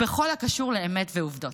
בכל הקשור לאמת ועובדות,